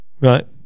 Right